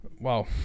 wow